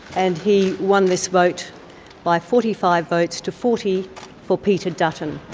and he won this vote by forty five votes to forty for peter dutton.